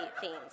themes